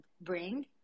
bring